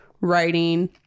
writing